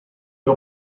era